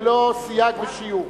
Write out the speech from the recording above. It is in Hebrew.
ללא סייג ושיור.